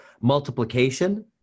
multiplication